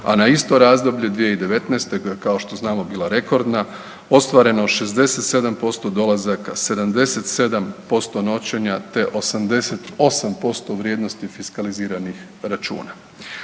a na isto razdoblje 2019. koja je kao što znamo bila rekordna, ostvareno 67% dolazaka, 77% noćenja te 88% vrijednosti fiskaliziranih računa.